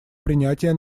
принятия